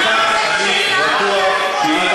וכך אני בטוח שהיא,